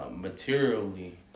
materially